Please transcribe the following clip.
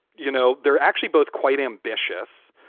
you know, they're actually both quite ambitious.